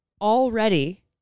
already